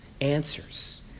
answers